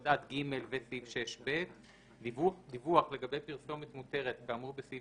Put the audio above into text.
עד (ד); דיווח לגבי פרסומת מותרת כאמור בסעיף